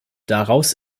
daraus